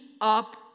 up